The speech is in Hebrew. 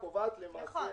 נכון,